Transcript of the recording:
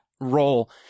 role